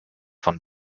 von